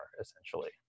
essentially